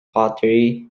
pottery